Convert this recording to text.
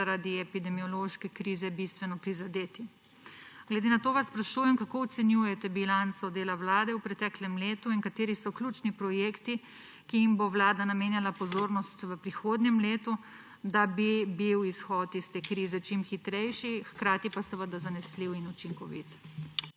zaradi epidemiološke krize bistveno prizadeti. Glede na to vas sprašujem: Kako ocenjujete bilanco dela vlade v preteklem letu in kateri so ključni projekti, ki jim bo vlada namenjala pozornost v prihodnjem, letu, da bi bil izhod iz te krize čim hitrejši, hkrati pa seveda zanesljiv in učinkovit?